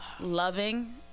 loving